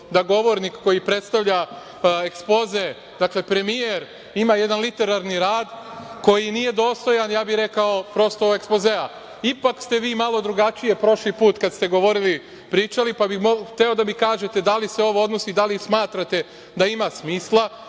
da govornik koji predstavlja ekspoze, dakle premijer, ima jedan literalni rad koji nije dostojan, ja bih rekao, prosto ekspozea. Ipak ste vi malo drugačije prošli put kada ste govorili pričali, pa bih hteo da mi kažete da li se ovo odnosi i da li smatrate da ima smisla,